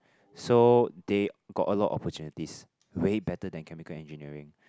so they got a lot opportunities way better than chemical engineering